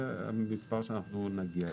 זה המספר שנגיע אליו.